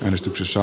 äänestyksessä